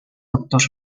doctor